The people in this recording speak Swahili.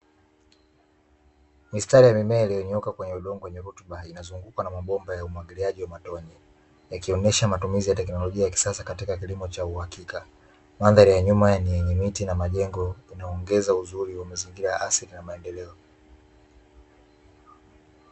Mistari ya mimea iliyonyooka kwenye udongo wenye rutuba inazungumza na mabomba ya umwagilijai wa matone, yakionyesha matumizi ya teknolojia ya kisasa katika kilimo cha uhakika ,madhari ya nyuma yenye miti na majengo inaongeza uzuri wa mazingira ya asili ya maendeleo.